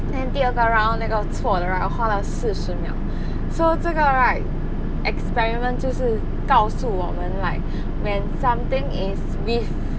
then 第二个 round 那个错的 right 我花了四十秒 so 这个 right experiment 就是告诉我们 like when something is with